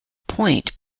point